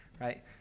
right